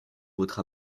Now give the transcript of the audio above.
votre